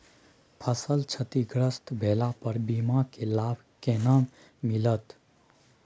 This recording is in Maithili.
फसल क्षतिग्रस्त भेला पर बीमा के लाभ केना मिलत?